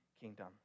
kingdom